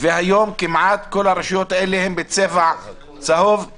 והיום כמעט כל הרשויות האלה הן בצבע צהוב-ירוק.